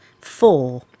Four